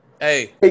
Hey